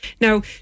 Now